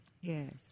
Yes